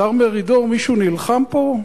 השר מרידור, מישהו נלחם פה?